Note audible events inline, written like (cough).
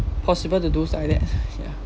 possible to do like that (laughs) ya